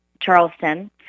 Charleston